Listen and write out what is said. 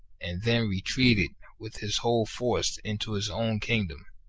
and then re treated with his whole force into his own kingdom,